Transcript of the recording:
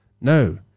No